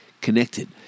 Connected